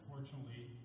Unfortunately